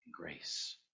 grace